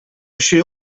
się